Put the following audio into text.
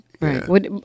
Right